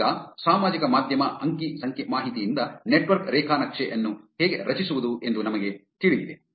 ಈಗ ಸಾಮಾಜಿಕ ಮಾಧ್ಯಮ ಅಂಕಿ ಸಂಖ್ಯೆ ಮಾಹಿತಿಯಿಂದ ನೆಟ್ವರ್ಕ್ ರೇಖಾ ನಕ್ಷೆ ಅನ್ನು ಹೇಗೆ ರಚಿಸುವುದು ಎಂದು ನಮಗೆ ತಿಳಿದಿದೆ